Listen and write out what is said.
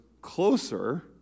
closer